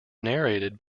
narrated